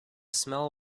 smell